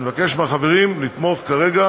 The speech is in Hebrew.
אני מבקש מהחברים לתמוך כרגע